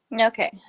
Okay